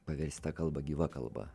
paversti tą kalbą gyva kalba